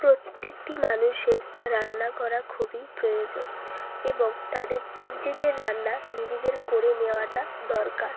প্রত্যেকটি মানুষের রান্না করা খুবই প্রয়োজন এবং তাদের নিজেদের রান্না নিজেদের করে নেওয়াটা দরকার